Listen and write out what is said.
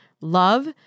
love